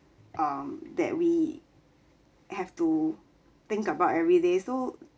um that we have to think about everyday so